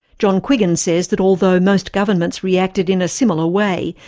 john quiggin says that although and most governments reacted in a similar way,